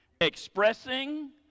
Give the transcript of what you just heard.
Expressing